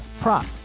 prop